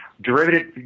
derivative